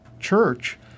church